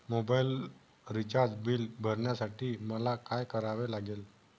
Mobile recharge bill भरण्यासाठी मला काय करावे लागेल?